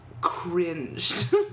cringed